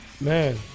Man